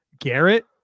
Garrett